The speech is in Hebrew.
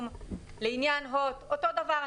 לעניין הוט, אותו דבר.